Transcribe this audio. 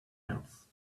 else